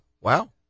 Wow